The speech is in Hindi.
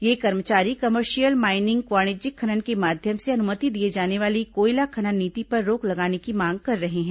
ये कर्मचारी कमर्शियल माईनिंग वाणिज्यिक खनन के माध्यम से अनुमति दिए जाने वाली कोयला खनन नीति पर रोक लगाने की मांग कर रहे हैं